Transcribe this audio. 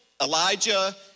Elijah